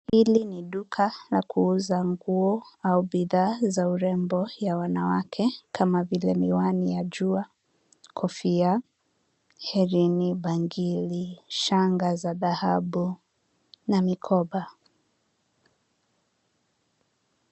Hili ni duka la kuuza nguo au bidhaa za urembo ya wanawake kama vile miwani ya jua, kofia, herini, bangili, shanga za dhahabu na mikoba.